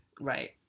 Right